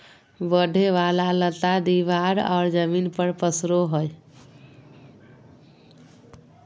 बढ़े वाला लता दीवार और जमीन पर पसरो हइ